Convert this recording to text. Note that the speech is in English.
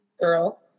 girl